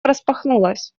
распахнулась